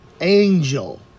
angel